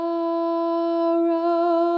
Sorrow